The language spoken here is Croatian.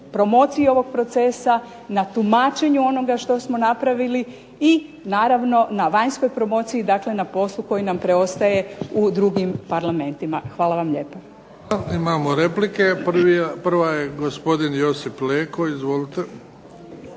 promociji ovog procesa, na tumačenju onoga što smo napravili i naravno na vanjskoj promociji na poslu koji nam preostaje u drugim parlamentima. Hvala vam lijepo. **Bebić, Luka (HDZ)** Hvala. Imamo replike. Prvi je gospodin Josip Leko. Izvolite.